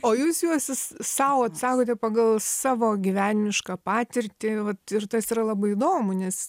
o jūs juos s sau atsakote pagal savo gyvenimišką patirtį vat ir tas yra labai įdomu nes